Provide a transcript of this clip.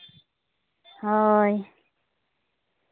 ᱦᱳᱭ